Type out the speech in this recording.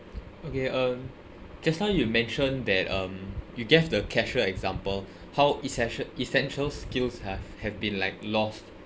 okay um just now you mention that um you gave the cashier example how essentia~ essential skills have have been like lost